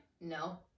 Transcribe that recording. No